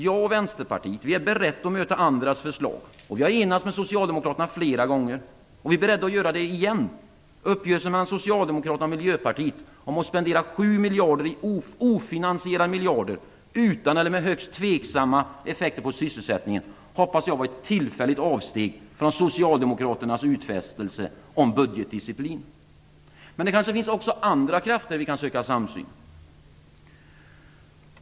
Jag och Vänsterpartiet är beredda att möta andras förslag. Vi har enats flera gånger med Socialdemokraterna, och vi är beredda att göra det igen. Uppgörelsen mellan Socialdemokraterna och Miljöpartiet om att spendera 7 ofinansierade miljarder utan eller med högst tveksamma effekter på sysselsättningen hoppas jag var ett tillfälligt avsteg från Socialdemokraternas utfästelse om budgetdiciplin. Men det finns kanske också andra krafter där vi kan söka samsyn.